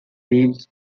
leaves